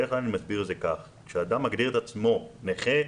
אני מסביר את זה שכשאדם מגדיר את עצמו כנכה,